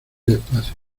despacio